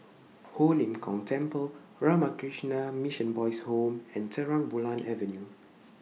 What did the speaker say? Ho Lim Kong Temple Ramakrishna Mission Boys' Home and Terang Bulan Avenue